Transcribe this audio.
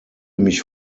mich